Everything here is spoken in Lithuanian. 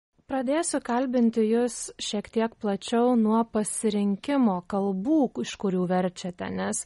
pradėsiu kalbinti jus šiek tiek plačiau nuo pasirinkimo kalbų iš kurių verčiate nes